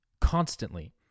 constantly